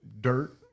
dirt